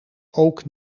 ook